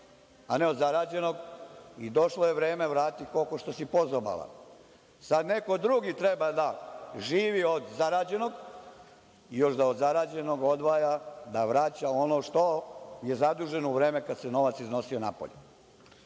a ne od zarađenog i došlo je vreme, vrati koko što si pozobala. Sad neko drugi treba da živi od zarađenog i još da od zarađenog odvaja, da vraća ono što je zadužen u vreme kad se novac iznosio napolje. Mislim